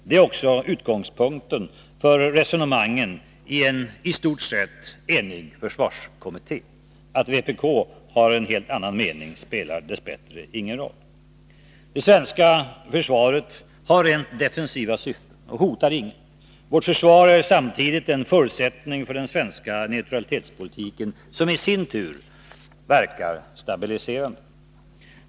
Det är också utgångspunkten för resonemangen i en i stort sett enig försvarskommitté. Att vpk har en helt annan mening spelar dess bättre ingen roll. Det svenska försvaret har rent defensiva syften och hotar ingen. Vårt försvar är samtidigt en förutsättning för den svenska neutralitetspolitiken, som i sin tur verkar stabiliserande.